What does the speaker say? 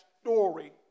story